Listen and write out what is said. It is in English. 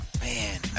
Man